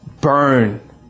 burn